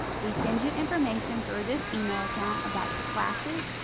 we send you information through this email account about your classes,